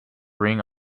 ring